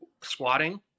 Squatting